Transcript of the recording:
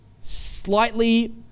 slightly